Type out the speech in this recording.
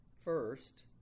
First